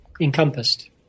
encompassed